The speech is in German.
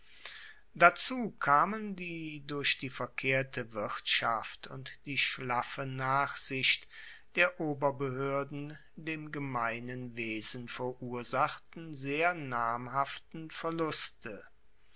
dazu kamen die durch die verkehrte wirtschaft und die schlaffe nachsicht der oberbehoerden dem gemeinen wesen verursachten sehr namhaften verluste